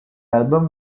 album